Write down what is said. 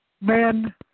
men